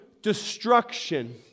destruction